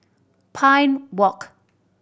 Pine Walk